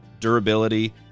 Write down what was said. durability